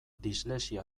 dislexia